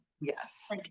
Yes